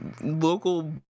local